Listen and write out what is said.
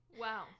Wow